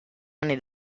anni